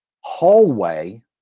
hallway